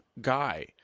guy